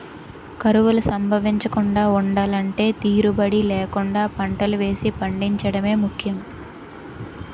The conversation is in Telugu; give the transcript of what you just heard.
కరువులు సంభవించకుండా ఉండలంటే తీరుబడీ లేకుండా పంటలు వేసి పండించడమే ముఖ్యం